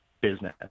business